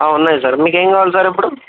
ఉన్నాయి సార్ మీకేమి కావాలి సార్ ఇప్పుడు